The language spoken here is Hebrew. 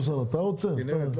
כנרת,